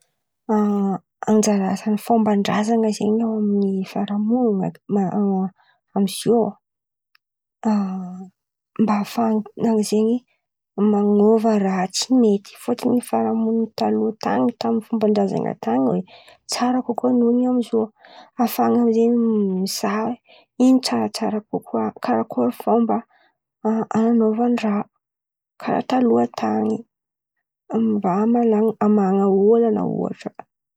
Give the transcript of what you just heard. Anjara asany fomban-drazan̈a zen̈y eo amin̈'ny fiaraha-mon̈ina amin'izô mba hafahan̈a zen̈y man̈ôva raha tsy mety fôtony fiaraha-mon̈ina taloha tan̈y taminy fomban-drazan̈a tan̈y hoe tsara kokoa noho ny amiziô afahan̈a zen̈y mizan̈a ino tsara tsara kokoa karàkory fômba a- a- anôvan-draha karà taloha tan̈y mba amanan̈a amahan̈a olan̈a ohatra.